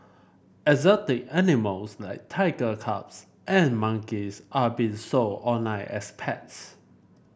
exotic animals like tiger cubs and monkeys are being sold online as pets